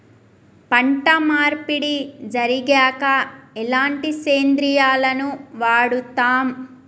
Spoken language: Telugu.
పంట మార్పిడి జరిగాక ఎలాంటి సేంద్రియాలను వాడుతం?